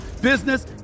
business